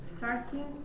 Starting